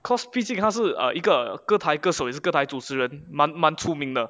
cause 毕竟它是一个歌台歌手也是歌台主持人蛮蛮出名的